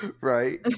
Right